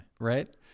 Right